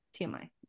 TMI